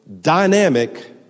dynamic